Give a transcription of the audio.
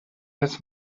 his